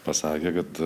pasakė kad